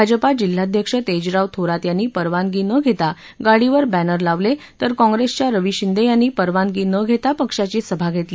भाजपा जिल्हाध्यक्ष तेजराव थोरात यांनी परवानगी न घेता गाडीवर बस्ति लावले तर काँग्रेसच्या रवी शिंदे यांनी परवानगी न घेता पक्षाची सभा घेतली